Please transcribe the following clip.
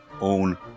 own